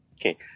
Okay